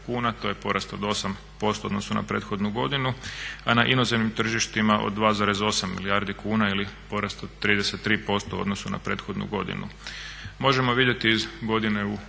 kuna to je porast od 8% u odnosu na prethodnu godinu, a na inozemnim tržištima od 2,8 milijardi kuna ili porast od 33% u odnosu na prethodnu godinu. Možemo vidjeti iz godine u